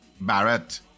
Barrett